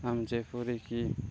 ଆମ ଯେପରିକିି